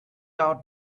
out